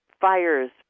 fires